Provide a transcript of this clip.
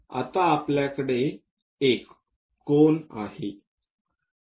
आता आपल्याकडे एक कोन आहे